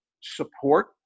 support